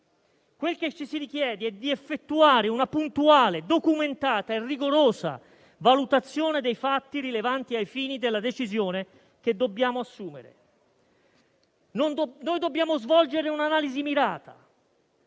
Quel che ci si richiede è di effettuare una puntuale, documentata e rigorosa valutazione dei fatti rilevanti ai fini della decisione che dobbiamo assumere. Dobbiamo svolgere un'analisi mirata,